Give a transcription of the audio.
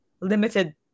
limited